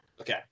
Okay